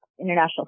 International